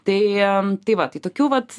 tai tai va tai tokių vat